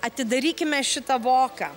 atidarykime šitą voką